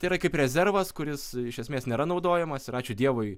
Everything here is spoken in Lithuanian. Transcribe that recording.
tai yra kaip rezervas kuris iš esmės nėra naudojamas ir ačiū dievui